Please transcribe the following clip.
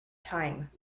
time